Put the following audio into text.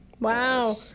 Wow